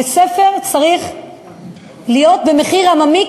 וספר צריך להיות במחיר עממי,